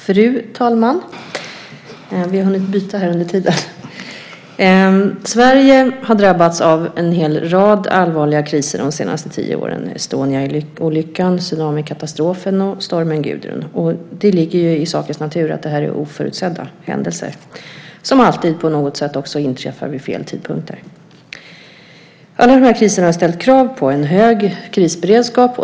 Fru talman! Sverige har drabbats av en hel rad allvarliga kriser de senaste tio åren: Estoniaolyckan, tsunamikatastrofen och stormen Gudrun. Det ligger i sakens natur att det är oförutsedda händelser, som alltid på något sätt inträffar vid "fel" tidpunkter. Alla de här kriserna har ställt krav på en hög krisberedskap.